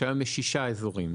שהיום יש שישה אזורים,